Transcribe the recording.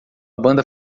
banda